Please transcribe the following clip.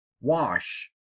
Wash